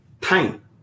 Time